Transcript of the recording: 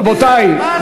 רבותי,